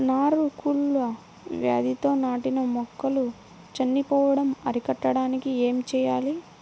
నారు కుళ్ళు వ్యాధితో నాటిన మొక్కలు చనిపోవడం అరికట్టడానికి ఏమి చేయాలి?